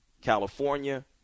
California